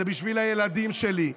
זה בשביל הילדים שלי.